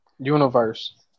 universe